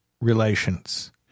relations